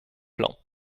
plan